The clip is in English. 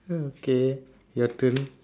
mm okay your turn